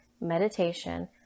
meditation